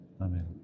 Amen